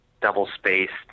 double-spaced